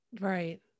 Right